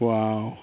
Wow